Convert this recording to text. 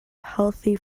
healthy